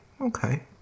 okay